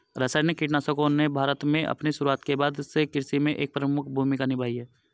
रासायनिक कीटनाशकों ने भारत में अपनी शुरुआत के बाद से कृषि में एक प्रमुख भूमिका निभाई है